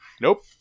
nope